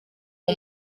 uwo